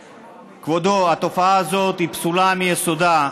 כבודו, התופעה הזאת היא פסולה מיסודה.